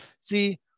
See